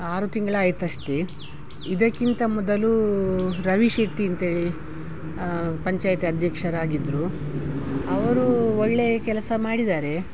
ಆರು ತಿಂಗಳಾಯ್ತಷ್ಟೆ ಇದಕ್ಕಿಂತ ಮೊದಲು ರವಿ ಶೆಟ್ಟಿ ಅಂಥೇಳಿ ಪಂಚಾಯಿತಿ ಅಧ್ಯಕ್ಷರಾಗಿದ್ದರು ಅವರು ಒಳ್ಳೆ ಕೆಲಸ ಮಾಡಿದ್ದಾರೆ